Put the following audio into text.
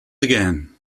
again